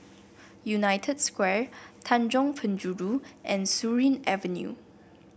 United Square Tanjong Penjuru and Surin Avenue